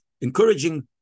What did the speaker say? encouraging